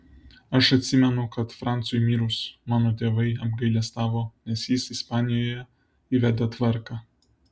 aš atsimenu kad francui mirus mano tėvai apgailestavo nes jis ispanijoje įvedė tvarką